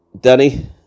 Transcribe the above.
Danny